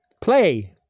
Play